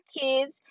kids